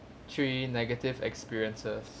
three negative experiences